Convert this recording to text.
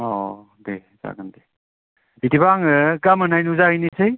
अ' दे जागोन दे बिदिबा आङो गाबोनहाय नुजाहैनोसै